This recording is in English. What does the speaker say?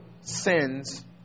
sins